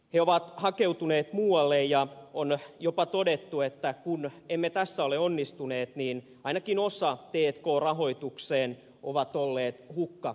he ovat hakeutuneet muualle ja on jopa todettu että kun emme tässä ole onnistuneet niin ainakin osa t k rahoituksesta on ollut hukkainvestointeja